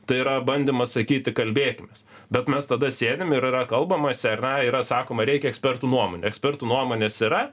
tai yra bandymas sakyti kalbėkimės bet mes tada sėdim ir yra kalbamasi ar ne yra sakoma reikia ekspertų nuomonė ekspertų nuomonės yra